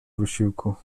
wysiłku